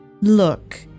Look